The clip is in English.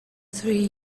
three